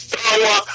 power